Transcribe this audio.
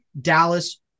Dallas